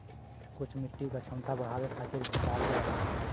कुछ मिट्टी क क्षमता बढ़ावे खातिर खाद डालल जाला